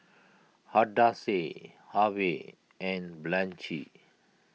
Hadassah Harvey and Blanchie